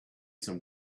some